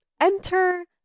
Enter